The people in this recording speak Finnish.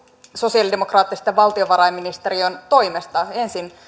sosialidemokraattisten valtionvarainministereiden toimesta ensin